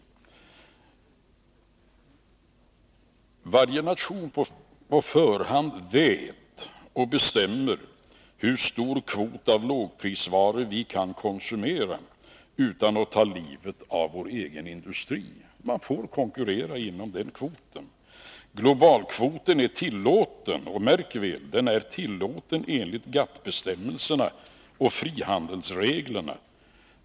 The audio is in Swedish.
Vi vet som nation på förhand hur stor kvot av lågprisvaror vi kan konsumera utan att ta livet av vår egen industri, och vi bestämmer detta. Man får konkurrera inom denna kvot. Globalkvoten är tillåten — märk väl detta — enligt GATT-bestämmelserna och frihandelsreglerna.